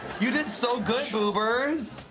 you did so good boobers!